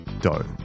dough